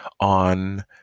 on